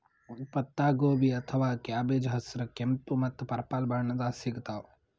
ಪತ್ತಾಗೋಬಿ ಅಥವಾ ಕ್ಯಾಬೆಜ್ ಹಸ್ರ್, ಕೆಂಪ್ ಮತ್ತ್ ಪರ್ಪಲ್ ಬಣ್ಣದಾಗ್ ಸಿಗ್ತಾವ್